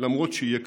למרות שיהיה קשה.